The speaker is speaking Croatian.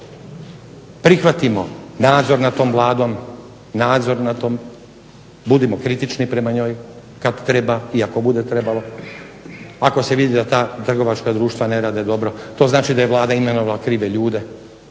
prihvatimo nadzor nad tom Vladom, budimo kritični prema njoj kada treba i ako bude trebalo. Ako se vidi da ta trgovačka društva ne rade dobro to znači da je Vlada imenovala krive ljude,